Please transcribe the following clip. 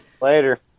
Later